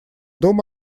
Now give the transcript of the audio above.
дом